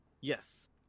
Yes